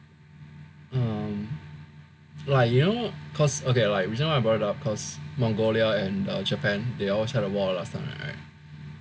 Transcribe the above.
um like you know cause okay like the reason why I brought it up cause Mongolia and Japan they all had a war last time rightso